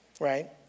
right